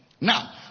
Now